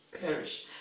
perish